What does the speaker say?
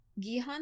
Gihan